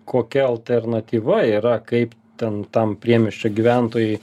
kokia alternatyva yra kaip ten tam priemiesčio gyventojui